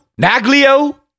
Naglio